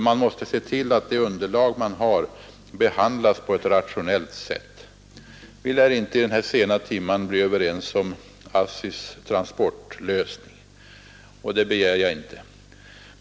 Man måste se till att det underlag man har behandlas på ett rationellt sätt. Vi lär inte vid den här sena timmen bli överens om ASSI:s transportlösning, och det begär jag inte.